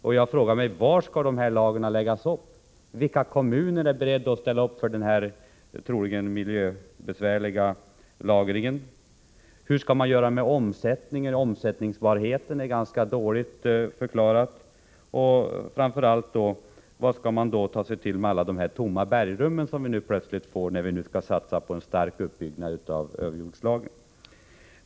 Jag vill fråga: Var skall lagren läggas upp? Vilka kommuner är beredda att ställa upp för denna troligen miljöbesvärliga lagring? Hur skall man göra med omsättningen? Möjligheterna att omsätta lagren har förklarats ganska dåligt. Och, framför allt: Vad skall man ta sig till med alla tomma bergrum, som vi plötsligt får vid en satsning på en kraftig uppbyggnad av överjordslagren?